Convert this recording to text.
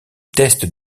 tests